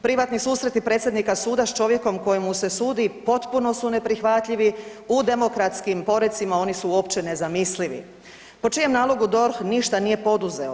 Privatni susreti predsjednika suda s čovjekom kojemu se sudi potpuno su neprihvatljivi, u demokratskim porecima oni su uopće nezamislivi, po čijem nalog DORH ništa nije poduzeo.